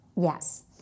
Yes